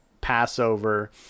passover